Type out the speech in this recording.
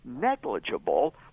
negligible